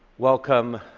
welcome,